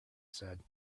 said